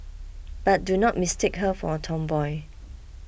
but do not mistake her for a tomboy